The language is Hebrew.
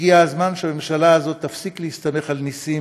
הגיע הזמן שהממשלה הזאת תפסיק להסתמך על ניסים.